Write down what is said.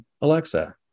Alexa